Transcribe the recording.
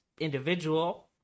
individual